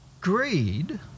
Greed